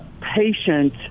patient